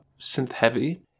synth-heavy